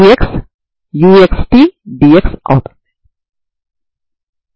sin nπb a లు eigen ఫంక్షన్లు అవుతాయి సరేనా